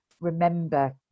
remember